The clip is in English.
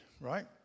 right